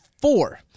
four